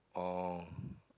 or